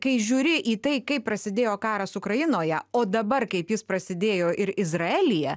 kai žiūri į tai kaip prasidėjo karas ukrainoje o dabar kaip jis prasidėjo ir izraelyje